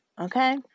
okay